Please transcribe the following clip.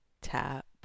tap